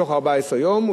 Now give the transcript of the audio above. בתוך 14 יום,